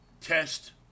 test